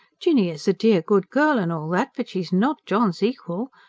jinny is a dear good girl and all that, but she is not john's equal.